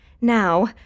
Now